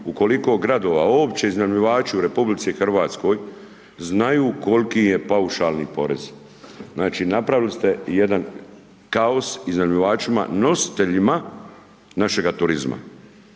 koliko gradova uopće iznajmljivači u RH znaju koliki im je paušalni porez. Znači napravili ste jedan kaos iznajmljivačima, nositeljima našega turizma.